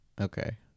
Okay